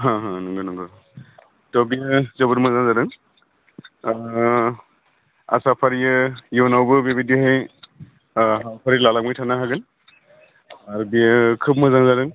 हा हा नोंगौ नोंगौ थ' बियो जोबोद मोजां जादों आसा फारियो इयुनावबो बेबायदिहाय फारिलालांबाय थानो हागोन आर बियो खोब मोजां जादों